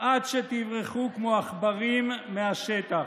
עד שתברחו כמו עכברים מהשטח.